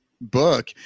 book